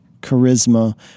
charisma